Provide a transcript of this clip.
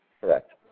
Correct